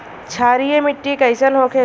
क्षारीय मिट्टी कइसन होखेला?